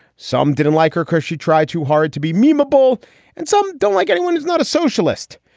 some didn't like her cause she tried too hard to be memorable and some don't like anyone is not a socialist.